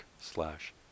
slash